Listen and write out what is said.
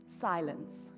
silence